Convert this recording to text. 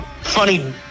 funny